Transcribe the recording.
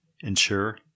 ensure